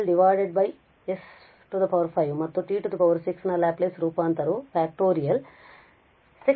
S 5 ಮತ್ತು t 6 ನ Laplace ರೂಪಾಂತರವು ಫ್ಯಾಕ್ಟೋರಿಯಲ್ 6